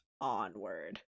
onward